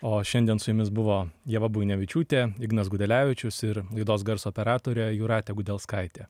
o šiandien su jumis buvo ieva buinevičiūtė ignas gudelevičius ir laidos garso operatorė jūratė gudelskaitė